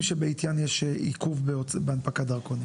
שבעטיים יש עיכוב בהנפקת דרכונים.